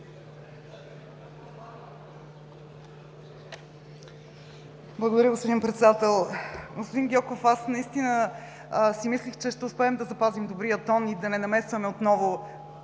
Благодаря, господин Председател. Господин Гьоков, аз наистина си мислех, че ще успеем да запазим добрия тон и да не намесваме отново